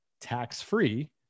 tax-free